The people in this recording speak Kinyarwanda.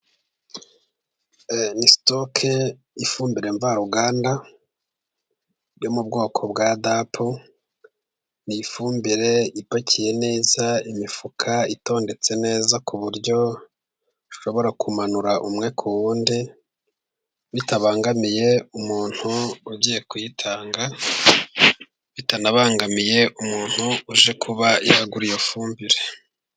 Ni sitoke y' ifumbire mvaruganda yo mu bwoko bwa Dapu, ni ifumbire ipakiye neza imifuka itondetse neza ku buryo ushobora kumanura umwe ku wundi, bitabangamiye umuntu ugiye kuyitanga, bitanabangamiye umuntu uje kuba yagura iyo fumbire.